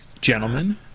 Gentlemen